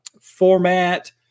format